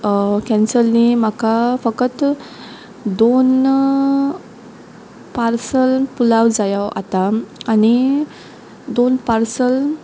cancel न्ही म्हाका फकत दोन पार्सल पुलांव जायो आतां आनी दोन पार्सल